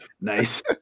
Nice